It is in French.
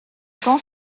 temps